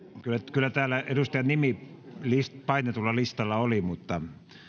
kyllä täällä edustajan nimi painetulla listalla oli mutta